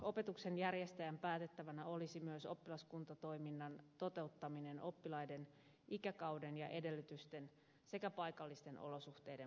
opetuksen järjestäjän päätettävänä olisi myös oppilaskuntatoiminnan toteuttaminen oppilaiden ikäkauden ja edellytysten sekä paikallisten olosuhteiden mukaisesti